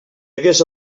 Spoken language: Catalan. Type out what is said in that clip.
hagués